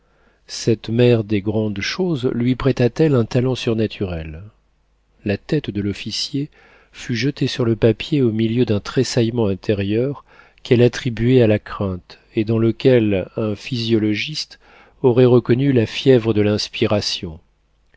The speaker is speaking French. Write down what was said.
cette mère des grandes choses lui prêta t elle un talent surnaturel la tête de l'officier fut jetée sur le papier au milieu d'un tressaillement intérieur qu'elle attribuait à la crainte et dans lequel un physiologiste aurait reconnu la fièvre de l'inspiration